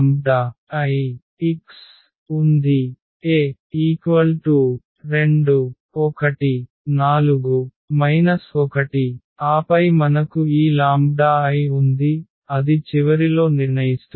A 2 1 4 1 ఆపై మనకు ఈ లాంబ్డా I ఉంది అది చివరిలో నిర్ణయిస్తుంది